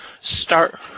start